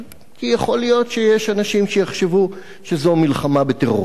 כי יכול להיות שיש אנשים שיחשבו שזו מלחמה בטרוריסטים,